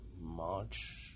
March